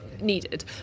needed